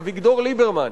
אביגדור ליברמן.